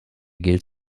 gilt